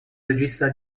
regista